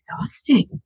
exhausting